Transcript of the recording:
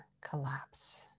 collapse